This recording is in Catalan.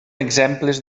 exemples